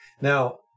Now